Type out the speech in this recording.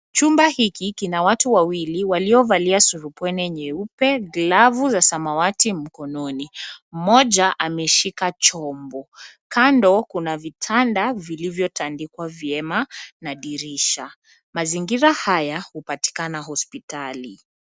Chumba hiki kina watu wawili waliovalia surupwenye nyeupe, glavu za samawati mkononi. Mmoja ameshika chombo. Kando kuna vitanda vilivyotandikwa vyema na dirisha. Mazingira haya hupatikana hospitali.